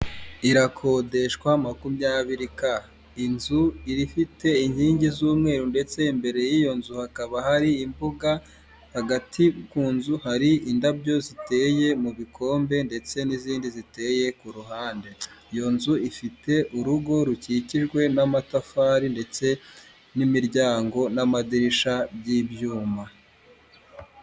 Irakodeshwa makumyabiri ka, inzu ifite inkingi z'umweru ndetse imbere y'iyo nzu hakaba hari imbuga, hagati ku nzu hari indabyo ziteye mu bikombe ndetse n'izindi ziteye ku ruhande, iyo nzu ifite urugo rukikijwe n'amatafari ndetse n'imiryango n'amadirisha by'ibyuma.